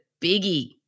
biggie